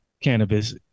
cannabis